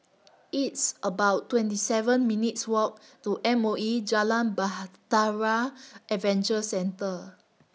It's about twenty seven minutes' Walk to M O E Jalan Bahtera Adventure Centre